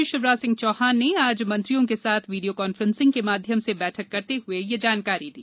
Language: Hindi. मुख्यमंत्री शिवराज सिंह चौहान ने आज मंत्रीगणों के साथ वीडियो कॉन्फ्रेंसिंग के माध्यम से बैठक करते हुए यह जानकारी दी